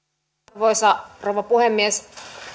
arvoisa rouva puhemies